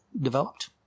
developed